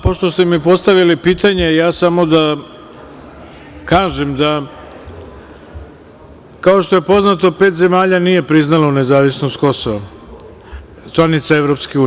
Pošto ste mi postavili pitanje, samo da kažem da, kao što je poznato, pet zemalja nije priznalo nezavisnost Kosova, članica EU.